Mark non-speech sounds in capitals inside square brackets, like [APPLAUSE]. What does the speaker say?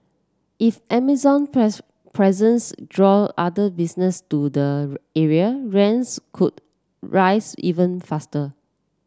if Amazon [UNINTELLIGIBLE] presence draw other businesses to the area rents could rise even faster